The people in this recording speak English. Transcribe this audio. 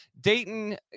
dayton